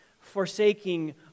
forsaking